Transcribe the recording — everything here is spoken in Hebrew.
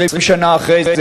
20 שנה אחרי זה,